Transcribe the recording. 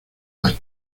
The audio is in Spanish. las